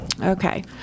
Okay